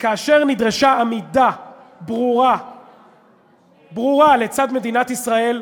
וכאשר נדרשה עמידה ברורה לצד מדינת ישראל,